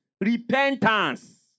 Repentance